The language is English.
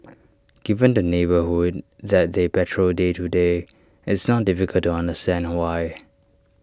given the neighbourhood that they patrol day to day it's not difficult to understand why